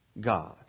God